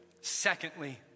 Secondly